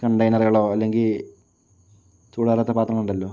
കണ്ടെയ്നറുകളോ അല്ലെങ്കിൽ ചൂടാറാത്ത പാത്രങ്ങളുണ്ടല്ലോ